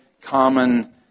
common